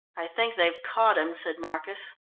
i think they've caught him, said marcus.